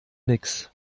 nix